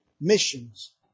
missions